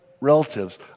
relatives